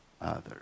others